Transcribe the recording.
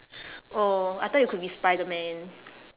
oh I thought you could be spiderman